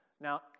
Now